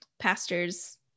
pastors